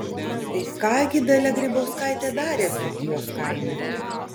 tai ką gi dalia grybauskaitė darė dzūkijos kaime